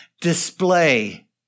display